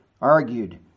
argued